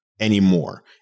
anymore